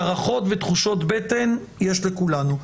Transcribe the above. הערכות ותחושות בטן יש לכולנו.